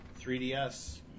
3DS